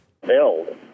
Build